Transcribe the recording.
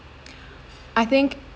I think